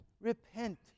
Repent